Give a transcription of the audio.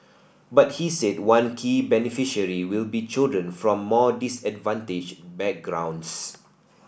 but he said one key beneficiary will be children from more disadvantaged backgrounds